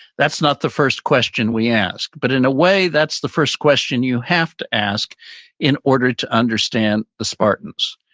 that's not the first question we ask, but in a way that's the first question you have to ask in order to understand the spartans.